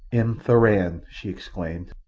m. thuran! she exclaimed.